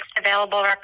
available